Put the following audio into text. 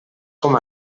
com